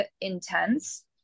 intense